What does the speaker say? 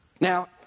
Now